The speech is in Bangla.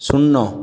শূন্য